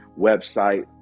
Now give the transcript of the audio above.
website